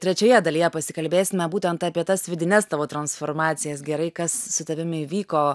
trečioje dalyje pasikalbėsime būtent apie tas vidines tavo transformacijas gerai kas su tavimi įvyko